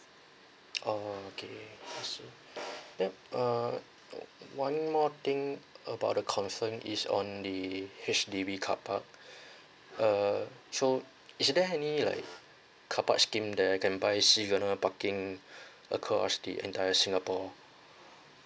orh okay then uh one more thing about the concern is on the H_D_B carpark err so is there any like carpark scheme that I can buy seasonal parking across the entire singapore